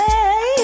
Hey